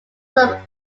some